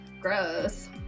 gross